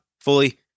fully